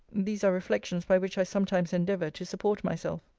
these are reflections by which i sometimes endeavour to support myself.